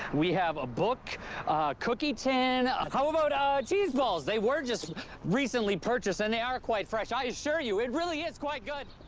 we have a book, a cookie tin, ah, how about um cheeseballs? they were just recently purchased and they are quite fresh. i assure you it really is quite good.